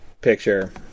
picture